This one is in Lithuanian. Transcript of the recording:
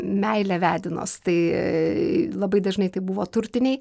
meile vedinos tai labai dažnai tai buvo turtiniai